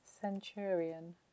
centurion